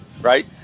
right